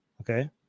okay